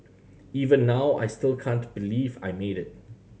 even now I still can't believe I made it